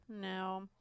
no